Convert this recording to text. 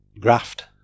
graft